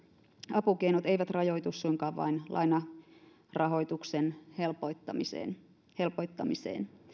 apukeinot eivät suinkaan rajoitu vain lainarahoituksen helpottamiseen helpottamiseen